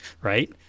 right